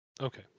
Okay